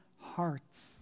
hearts